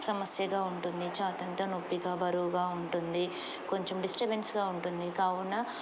సమస్యగా ఉంటుంది ఛాతంతా నొప్పిగా బరువుగా ఉంటుంది కొంచెం డిస్టర్బెన్స్గా ఉంటుంది కావున